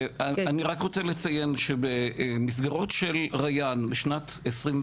אני רק רוצה לציין, שבמסגרות של ריאן בשנת 2021,